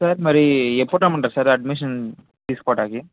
sir మరి ఎప్పుడు రమ్మంటారు సార్ అడ్మిషన్ తీసుకోవడానికి